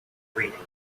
reading